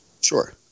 Sure